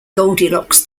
goldilocks